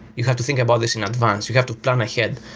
you have to think about this in advance. you have to plan ahead.